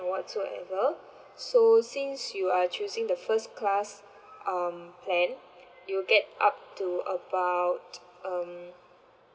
or whatsoever so since you are choosing the first class um then you'll get up to about um